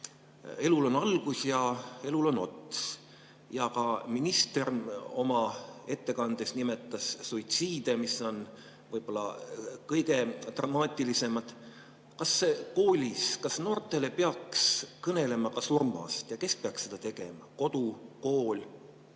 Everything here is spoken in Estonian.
elul on algus ja elul on ots. Ja ka minister oma ettekandes nimetas suitsiide, mis on võib-olla kõige dramaatilisemad. Kas noortele peaks kõnelema ka surmast ja kes peaks seda tegema – kodu, kool?